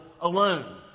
alone